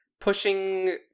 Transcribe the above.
pushing